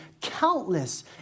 countless